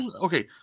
okay